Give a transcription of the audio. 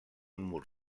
mur